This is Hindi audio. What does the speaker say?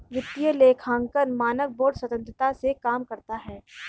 वित्तीय लेखांकन मानक बोर्ड स्वतंत्रता से काम करता है